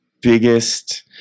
biggest